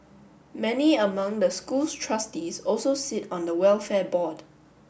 many among the school's trustees also sit on the welfare board